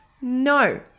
No